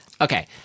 Okay